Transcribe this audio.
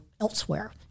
elsewhere